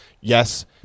Yes